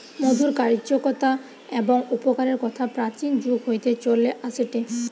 মধুর কার্যকতা এবং উপকারের কথা প্রাচীন যুগ হইতে চলে আসেটে